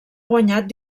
guanyat